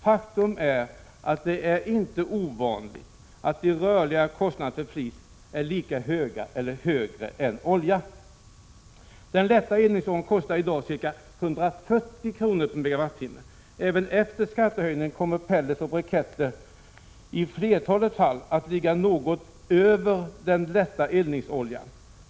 Faktum är att det inte är ovanligt att den rörliga kostnaden för flis är lika hög eller högre än för olja. Den lätta eldningsoljan kostar i dag ca 140 kr./MWh. Även efter skattehöjningen kommer pellets och briketter i flertalet fall att i pris ligga något över den lätta eldningsoljan.